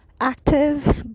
active